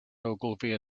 ogilvy